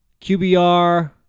QBR